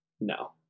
No